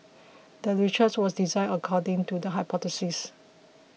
the research was designed according to the hypothesis